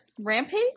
rampage